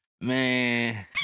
Man